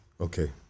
Okay